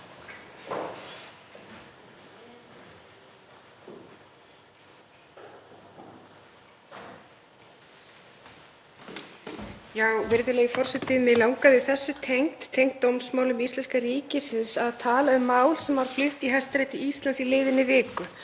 Virðulegi forseti. Mig langaði þessu tengt, tengt dómsmálum íslenska ríkisins, að tala um mál sem var flutt í Hæstarétti Íslands í liðinni viku, mál sem ekki hefur flogið hátt þrátt fyrir að vera stórpólitískt í eðli sínu sem er dómsmál íslenska ríkisins eða Tryggingastofnunar gegn Öryrkjabandalaginu.